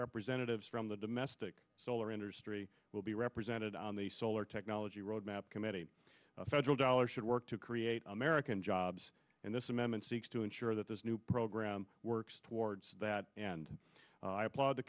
representatives from the domestic solar industry will be represented on the solar technology road map committee federal dollars should work to create american jobs in this amendment seeks to ensure that this new program works towards that and i applaud the